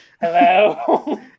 Hello